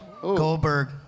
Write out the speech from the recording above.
goldberg